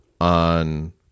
on